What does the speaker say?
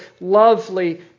lovely